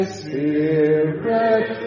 spirit